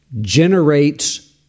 generates